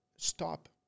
Stop